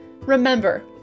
Remember